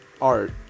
art